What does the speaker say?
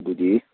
ꯑꯗꯨꯗꯤ